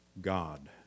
God